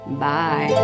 Bye